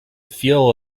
feel